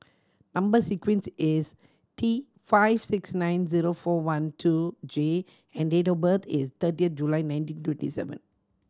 number sequence is T five six nine zero four one two J and date of birth is thirty July nineteen twenty seven